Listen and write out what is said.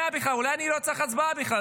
אולי אני לא צריך הצבעה בכלל,